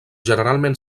generalment